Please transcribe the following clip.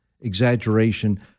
exaggeration